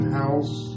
house